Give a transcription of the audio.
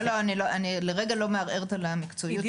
לא, לא, אני לרגע לא מערערת על המקצועיות שלכם.